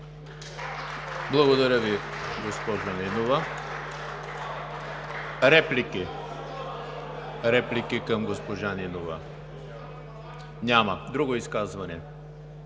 Благодаря Ви, госпожо Нинова. Реплики към госпожа Нинова? Няма. Други изказвания?